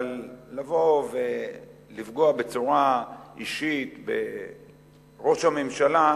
אבל לבוא ולפגוע בצורה אישית בראש הממשלה,